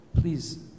please